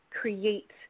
create